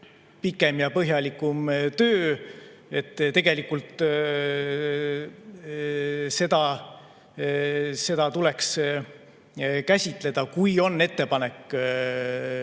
pikem ja põhjalikum töö. Tegelikult seda tuleks käsitleda, kui on ettepanek